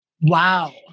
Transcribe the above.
Wow